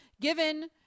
given